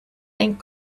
thank